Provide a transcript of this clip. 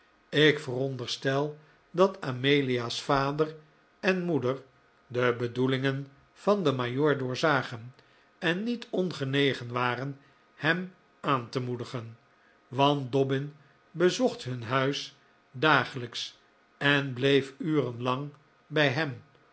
ik veronderstel dat amelia's vader en moeder de bedoelingen van den majoor doorzagen en niet ongenegen waren hem aan te moedigen want dobbin bezocht hun huis dagelijks en bleef uren lang bij hen